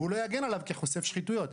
והוא לא יגן עליו כחושף שחיתויות.